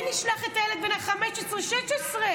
למי נשלח את הילד בן ה-15, 16?